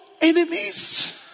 enemies